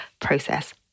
process